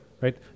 right